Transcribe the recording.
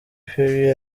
perry